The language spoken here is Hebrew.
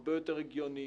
הרבה יותר הגיוני,